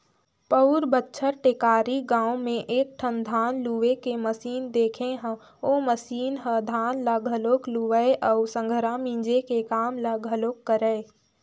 पउर बच्छर टेकारी गाँव में एकठन धान लूए के मसीन देखे हंव ओ मसीन ह धान ल घलोक लुवय अउ संघरा मिंजे के काम ल घलोक करय